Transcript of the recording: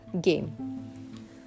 game